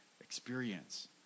experience